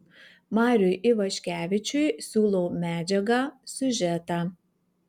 mariui ivaškevičiui siūlau medžiagą siužetą